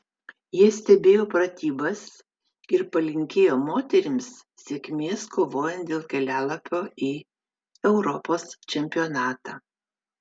jie stebėjo pratybas ir palinkėjo moterims sėkmės kovojant dėl kelialapio į europos čempionatą